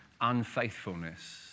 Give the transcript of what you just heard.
unfaithfulness